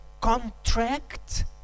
contract